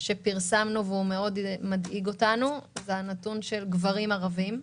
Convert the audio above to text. שפרסמנו ומדאיג אותנו מאוד הוא של גברים ערבים.